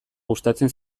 gustatzen